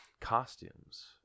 costumes